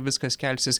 viskas kelsis